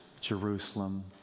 Jerusalem